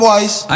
Wise